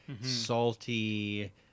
salty